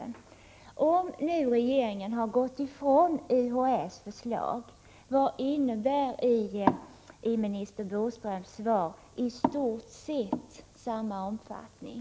Och om nu regeringen har gått ifrån UHÄ:s förslag, vad innebär då i utbildningsminister Bodströms svar uttrycket ”i stort sett samma omfattning”?